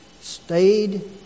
stayed